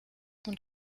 und